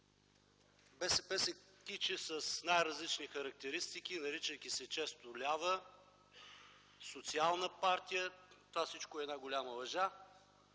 БСП се кичи с най-различни характеристики, наричайки се често лява, социална партия. Това всичко е една голяма лъжа.